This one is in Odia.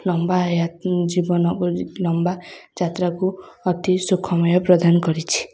ଲମ୍ବା ଜୀବନ ଲମ୍ବା ଯାତ୍ରାକୁ ଅତି ସୁଖମୟ ପ୍ରଦାନ କରିଛି